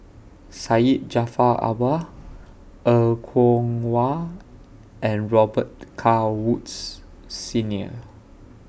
Syed Jaafar Albar Er Kwong Wah and Robet Carr Woods Senior